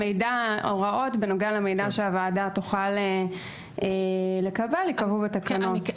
הוראות בנוגע למידע שהוועדה תוכל לקבל ייקבעו בתקנות.